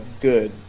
good